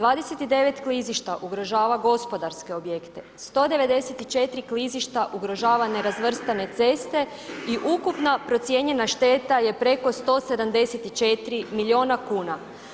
29 klizišta ugrožava gospodarske objekte, 194 klizišta ugrožava nerazvrstane ceste i ukupna procijenjena šteta je preko 174 milijuna kuna.